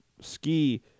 Ski